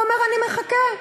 הוא אומר: אני מחכה,